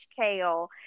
kale